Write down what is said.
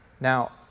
now